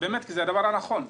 אלא באמת כי זה הדבר הנכון.